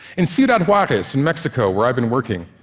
in ciudad juarez in mexico, where i've been working,